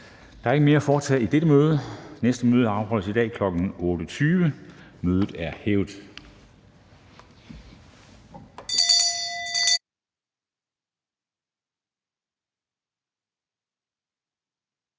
Der er ikke mere at foretage i dette møde. Næste møde afholdes i dag kl. 8.20. Jeg henviser